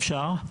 אפשר?